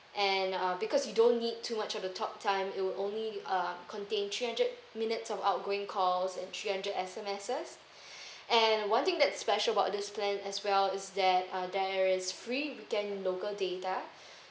and uh because you don't need too much of the talk time it will only uh contain three hundred minutes of outgoing calls and three hundred S_M_S and one thing that's special about this plan as well is that uh there is free weekend local data